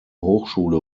hochschule